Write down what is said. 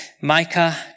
Micah